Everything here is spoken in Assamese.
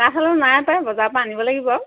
কাঠ আলু নাই পাই বজাৰৰ পৰা আনিব লাগিব